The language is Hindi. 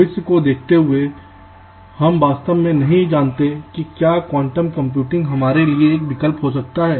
भविष्य को देखते हुए हम वास्तव में नहीं जानते कि क्या क्वांटम कंप्यूटिंग हमारे लिए एक विकल्प हो सकता है